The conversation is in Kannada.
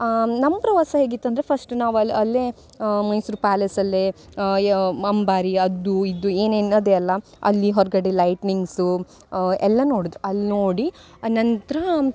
ನಮ್ಮ ಪ್ರವಾಸ ಹೇಗಿತ್ತು ಅಂದರೆ ಫಶ್ಟ್ ನಾವು ಅಲ್ಲಿ ಅಲ್ಲೇ ಮೈಸೂರು ಪ್ಯಾಲೇಸಲ್ಲೇ ಯ ಅಂಬಾರಿ ಅದು ಇದು ಏನೇನು ಇದೆ ಅಲ್ಲ ಅಲ್ಲಿ ಹೊರಗಡೆ ಲೈಟ್ನಿಂಗ್ಸು ಎಲ್ಲ ನೋಡ್ದ್ರು ಅಲ್ಲಿ ನೋಡಿ ನಂತರ